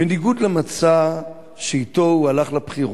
בניגוד למצע שאתו הוא הלך לבחירות,